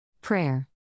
Prayer